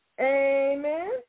Amen